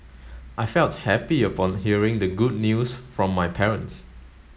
I felt happy upon hearing the good news from my parents